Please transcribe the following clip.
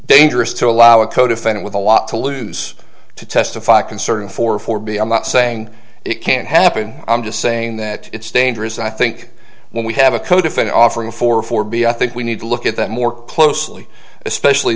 dangerous to allow a codefendant with a lot to lose to testify concerning for forby i'm not saying it can't happen i'm just saying that it's dangerous i think when we have a code if an offering for four b i think we need to look at that more closely especially